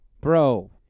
bro